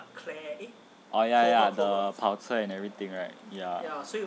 oh ya ya the 跑车 and everything right ya